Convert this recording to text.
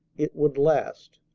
it would last.